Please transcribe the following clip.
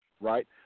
right